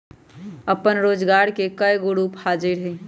अप्पन रोजगार के कयगो रूप हाजिर हइ